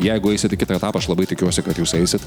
jeigu eisit į kitą etapą aš labai tikiuosi kad jūs eisit